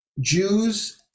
Jews